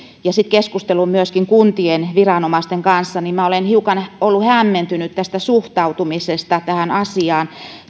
ja sitten keskustellut myöskin kuntien viranomaisten kanssa minä olen hiukan ollut hämmentynyt suhtautumisesta tähän asiaan